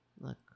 Look